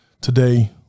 today